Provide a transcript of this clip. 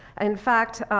in fact,